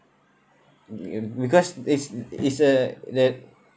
because it's it's a that